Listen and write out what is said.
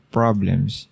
problems